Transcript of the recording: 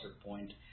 Point